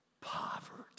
Poverty